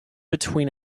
between